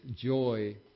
joy